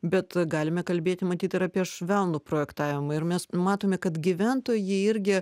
bet galime kalbėti matyt ir apie švelnų projektavimą ir mes matome kad gyventojai irgi